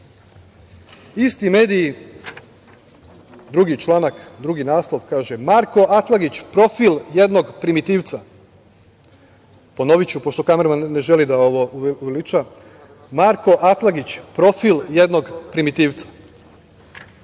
mediji, drugi članak, drugi naslov: „Marko Atlagić profil jednog primitivca“. Ponoviću, pošto kamerman ne želi da ovo uveliča: „Marko Atlagić profil jednog primitivca“.Drugi